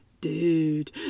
dude